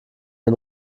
den